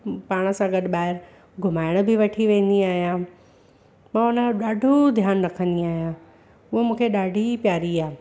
पाण सां गॾु ॿाहिरि घुमाइण बि वठी वेंदी आहियां मां हुनजो ॾाढो ध्यानु रखंदी आहियां उहा मूंखे ॾाढी प्यारी आहे